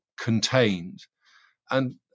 contained—and